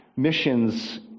missions